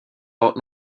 loud